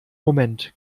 moment